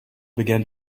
began